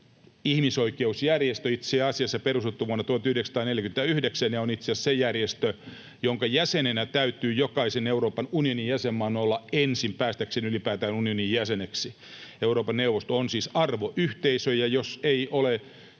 ihmisoikeusjärjestö. Tämä on perustettu vuonna 1949, ja se on itse asiassa järjestö, jonka jäsenenä täytyy jokaisen Euroopan unionin jäsenmaan olla ensin päästäkseen ylipäätään unionin jäseneksi. Euroopan neuvosto on siis arvoyhteisö, ja jos